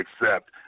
accept